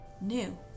new